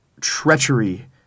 treachery